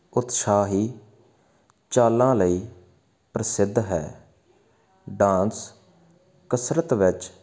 ਉਤਸ਼ਾਹੀ ਚਾਲਾਂ ਲਈ ਪ੍ਰਸਿੱਧ ਹੈ ਡਾਂਸ ਕਸਰਤ ਵਿੱਚ